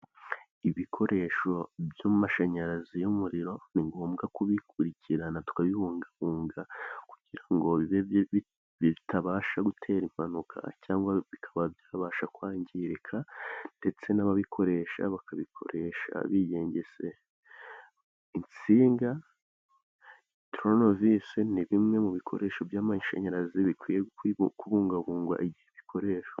Ibikoresho by'amashanyarazi y'umuriro ni ngombwa kubikurikirana tukabibungabunga ,kugira ngo bitabasha gutera impanuka cyangwa bikaba byabasha kwangirika, ndetse n'ababikoresha bakabikoresha bigengesereye insinga , turunovisi ni bimwe mu bikoresho by'amashanyarazi bikwiye kubungabungwa igihe bikoreshwa.